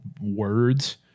words